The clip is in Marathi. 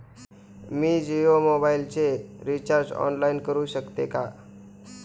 मी जियो मोबाइलचे रिचार्ज ऑनलाइन करू शकते का?